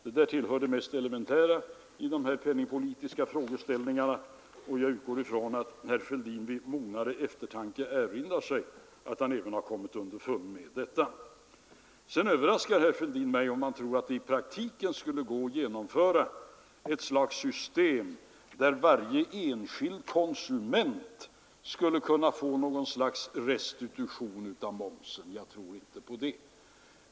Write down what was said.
Detta tillhör det mest elementära i de här penningpolitiska frågeställningarna, och jag utgår från att herr Fälldin vid mognare eftertanke erinrar sig att han även har kommit underfund med detta. Sedan överraskar herr Fälldin mig om han tror att det i praktiken skulle gå att genomföra ett slags system där varje enskild konsument skulle kunna få någon sorts restitution av matmomsen. Jag tror inte det.